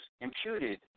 imputed